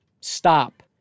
Stop